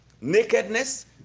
Nakedness